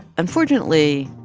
unfortunately,